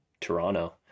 toronto